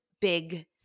big